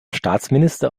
staatsminister